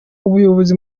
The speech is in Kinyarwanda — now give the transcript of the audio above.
umuyobozi